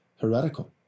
heretical